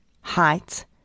height